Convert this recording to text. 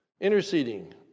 interceding